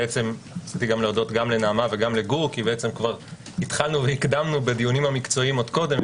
רציתי להודות גם לנעמה וגם לדור כי הקדמנו בדיונים המקצועיים עוד קודם,